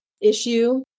issue